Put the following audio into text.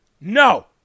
No